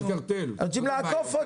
רוצים לעקוף אותו.